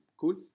Cool